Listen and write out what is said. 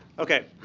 ok.